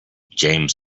james